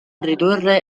ridurre